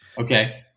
Okay